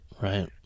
right